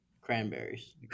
Cranberries